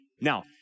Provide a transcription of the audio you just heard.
Now